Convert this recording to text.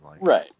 right